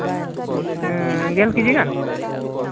ᱦᱮᱸ ᱜᱮᱞ ᱠᱮᱡᱤ ᱜᱟᱱ